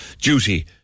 duty